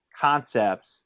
concepts